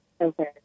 Okay